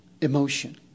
emotion